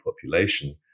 population